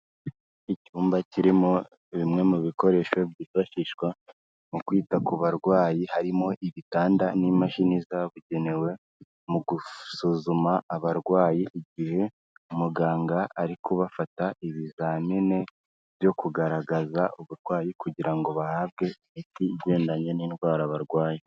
Icyumba kirimo bimwe mu bikoresho byifashishwa mu kwita ku barwayi, harimo ibitanda n'imashini zabugenewe, mu gusuzuma abarwayi, igihe umuganga ari kubafata ibizamine, byo kugaragaza uburwayi, kugira ngo bahabwe imiti, igendanye n'indwara barwaye.